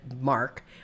mark